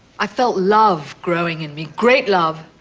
i felt love growing in me, great love,